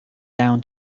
down